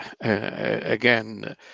again